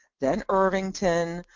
then irvington,